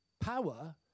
power